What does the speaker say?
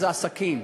זה הסכין,